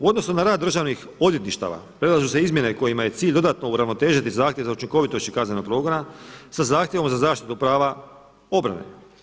U odnosu na rad državnih odvjetništava predlažu se izmjene kojima je cilj dodatno uravnotežiti zahtjev za učinkovitošću kaznenog progona sa zaštitom za zaštitu prava obrane.